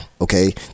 okay